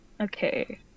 Okay